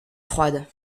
froides